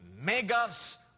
megas